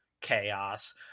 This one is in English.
chaos